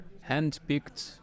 hand-picked